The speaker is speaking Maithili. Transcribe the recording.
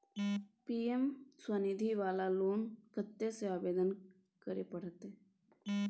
पी.एम स्वनिधि वाला लोन कत्ते से आवेदन करे परतै?